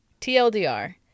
TLDR